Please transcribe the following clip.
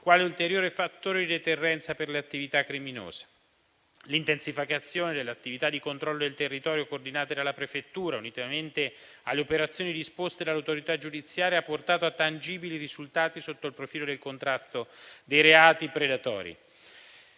quale ulteriore fattore di deterrenza per le attività criminose. L'intensificazione delle attività di controllo del territorio coordinate dalla prefettura, unitamente alle operazioni disposte all'autorità giudiziaria, ha portato a tangibili risultati sotto il profilo del contrasto dei reati predatori.